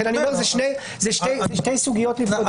לכן אני אומר שאלו שתי סוגיות נפרדות.